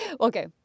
okay